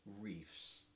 reefs